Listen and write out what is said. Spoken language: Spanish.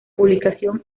publicación